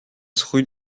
rue